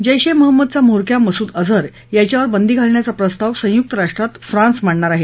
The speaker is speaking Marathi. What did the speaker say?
जैश ए महम्मदचा म्होरक्या मसूद अझहर याच्यावर बंदी घालण्याचा प्रस्ताव संयुक्त राष्ट्रात फ्रान्स मांडणार आहे